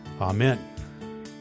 Amen